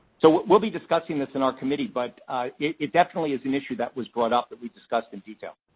so, we'll be discussing this in our committee, but it definitely is an issue that was brought up that we discussed in detail.